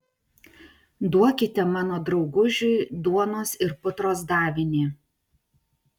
duokite mano draugužiui duonos ir putros davinį